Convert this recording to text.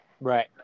right